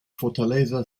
fortaleza